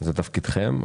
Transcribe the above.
זה תפקידכם,